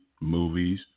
movies